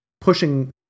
pushing